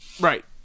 Right